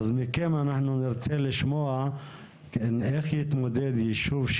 אנחנו נרצה לשמוע מכם איך יתמודד יישוב,